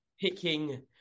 picking